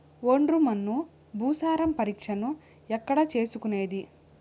ఒండ్రు మన్ను భూసారం పరీక్షను ఎక్కడ చేసుకునేది?